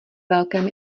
velkém